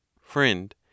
FRIEND